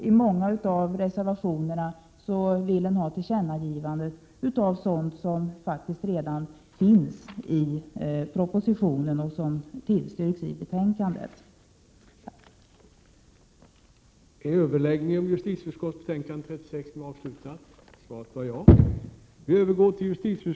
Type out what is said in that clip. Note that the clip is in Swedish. I många av reservationerna hemställer man dessutom om tillkännagivanden i frågor som faktiskt redan tagits upp i propositionen och där utskottet i betänkandet redan har tillstyrkt.